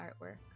artwork